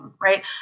right